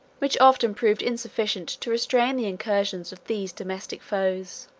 which often proved insufficient to restrain the incursions of these domestic foes.